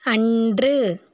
அன்று